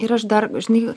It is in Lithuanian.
ir aš dar žinai